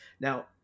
Now